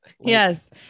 Yes